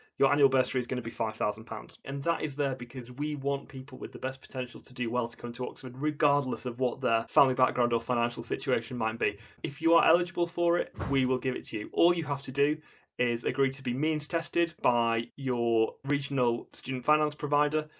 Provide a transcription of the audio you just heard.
your annual bursary is going to be five thousand pounds and that is there because we want people with the best potential to do well to come to oxford, regardless of what their family background or financial situation might be if you are eligible for it we will give it to you, all you have to do is agree to be means-tested by your regional student finance provider,